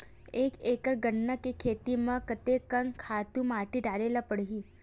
एक एकड़ गन्ना के खेती म कते कन खातु माटी डाले ल पड़ही?